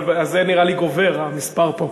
אבל זה נראה לי גובר, המספר פה.